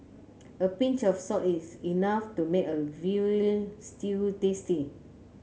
a pinch of salt is enough to make a veal stew tasty